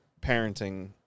parenting